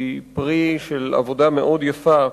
היא פרי של עבודה מאוד יפה.